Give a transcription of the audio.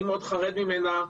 אני מאוד חרד ממנה,